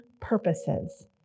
purposes